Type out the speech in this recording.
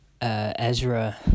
Ezra